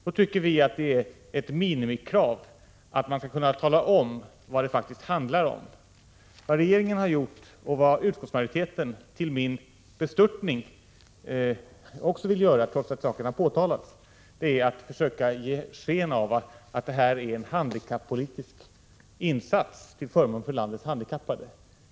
Då tycker vi att det är ett minimikrav att man skall kunna tala om vad det faktiskt handlar om. Vad regeringen har gjort, och vad utskottsmajoriteten till min bestörtning också vill göra trots att saken har påtalats, är att försöka ge sken av att detta är en handikappolitisk insats till förmån för landets handikappade.